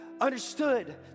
understood